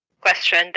question